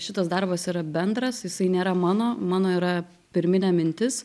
šitas darbas yra bendras jisai nėra mano mano yra pirminė mintis